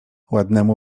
ładnemu